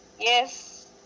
Yes